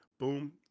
Boom